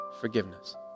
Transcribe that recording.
forgiveness